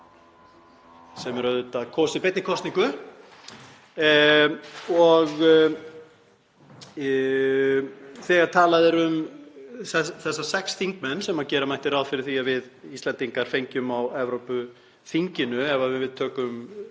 sem er auðvitað kosið beinni kosningu. Þegar talað er um þessa sex þingmenn sem gera mætti ráð fyrir að við Íslendingar fengjum á Evrópuþinginu, ef við tökum